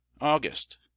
AUGUST